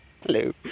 hello